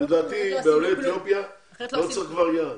לדעתי בעולי אתיופיה לא צריך כבר יעד.